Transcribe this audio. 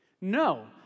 No